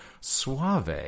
Suave